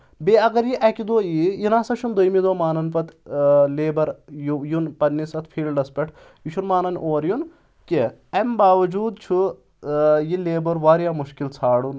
بیٚیہِ اگر یہِ اَکہِ دۄہ یی یہِ نسا چھُنہٕ دوٚیمہِ دۄہ مانن پَتہٕ لیبر یُن پَنٕنِس اَتھ فیٖلڈَس پؠٹھ یہِ چھُنہٕ مانان اورٕ یُن کینٛہہ اَمہِ باوجوٗد چھُ یہِ لیبَر واریاہ مُشکِل ژھانڑُن